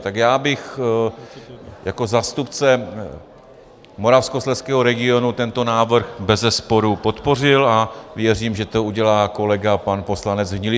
Tak já bych jako zástupce Moravskoslezského regionu tento návrh bezesporu podpořil a věřím, že to udělá kolega pan poslanec Hnilička.